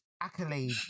accolade